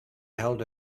held